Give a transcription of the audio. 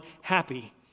happy